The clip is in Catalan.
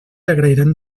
agrairan